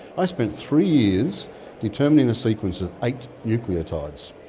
i spent three years determining the sequence of eight nucleotides.